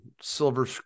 silver